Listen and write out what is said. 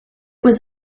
was